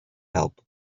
help